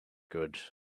good